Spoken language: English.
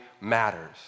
matters